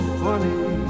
funny